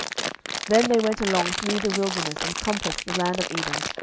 then they went along through the wilderness, and compassed the land of edom,